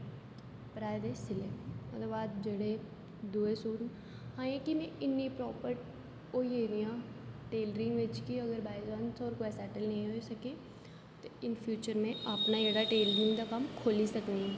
भ्राएं दे सिले ओहदे बाद जेहडे़ दुऐ सूट न हां एह् है कि में इन्नी प्रफैक्ट होई गेदी आं टैलरिंग बिच कि अगर बाईचाॅस कुदे और सेटल नेईं होई सकी ते इन फ्यूचर में अपना जेहड़ा टैलरिंग दा कम्म खोह्ली सकनी आं